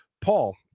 paul